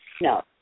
no